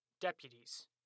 deputies